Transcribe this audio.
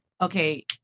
Okay